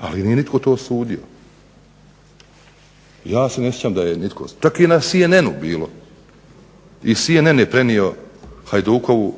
Ali nije nitko to osudio. Ja se ne sjećam da je nitko, čak je i na CNN-u bilo. I CNN je prenio Hajdukovu